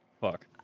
fuck